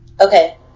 Okay